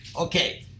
Okay